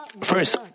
First